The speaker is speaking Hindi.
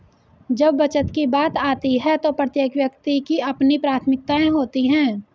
जब बचत की बात आती है तो प्रत्येक व्यक्ति की अपनी प्राथमिकताएं होती हैं